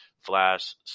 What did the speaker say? Flash